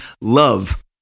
love